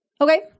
Okay